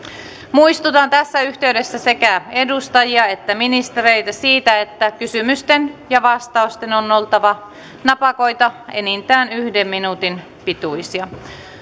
muistutan tässä yhteydessä sekä edustajia että ministereitä siitä että kysymysten ja vastausten on oltava napakoita enintään yhden minuutin pituisia